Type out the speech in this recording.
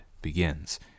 begins